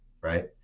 right